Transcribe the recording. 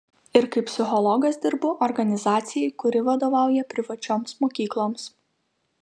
ir kaip psichologas dirbu organizacijai kuri vadovauja privačioms mokykloms